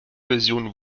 version